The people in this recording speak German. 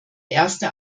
erste